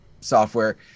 software